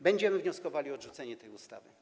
Będziemy wnioskowali o odrzucenie tej ustawy.